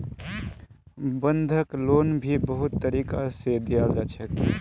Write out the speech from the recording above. बंधक लोन भी बहुत तरीका से दियाल जा छे